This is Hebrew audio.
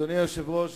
אדוני היושב-ראש,